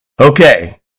Okay